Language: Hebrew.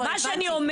לא, הבנתי.